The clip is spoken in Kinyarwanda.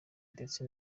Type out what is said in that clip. ndetse